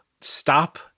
stop